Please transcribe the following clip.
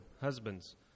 Husbands